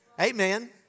Amen